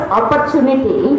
opportunity